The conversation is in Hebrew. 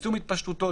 לצמצום התפשטותו,